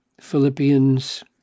Philippians